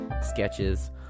sketches